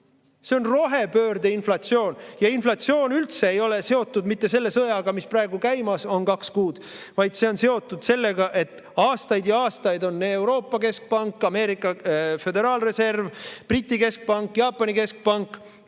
see on rohepöörde inflatsioon. Ja inflatsioon ei ole üldse seotud selle sõjaga, mis praegu kaks kuud on käinud, vaid see on seotud sellega, et aastaid ja aastaid on Euroopa keskpank, Ameerika föderaalreserv, Briti keskpank ja Jaapani keskpank